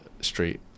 street